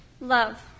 Love